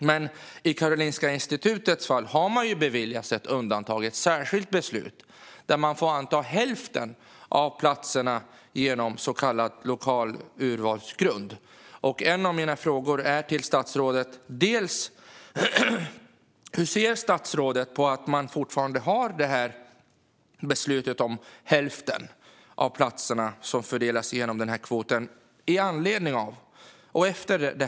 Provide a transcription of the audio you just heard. Karolinska institutet har dock efter ett särskilt beslut beviljats ett undantag och får fördela hälften av platserna utifrån lokal urvalsgrund. Efter det uppmärksammade fallet, hur ser statsrådet på att Karolinska institutet fortfarande har detta beslut om att hälften av platserna kan fördelas på detta sätt?